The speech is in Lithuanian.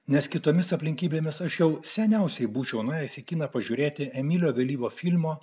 nes kitomis aplinkybėmis aš jau seniausiai būčiau nuėjęs į kiną pažiūrėti emilio vėlyvio filmo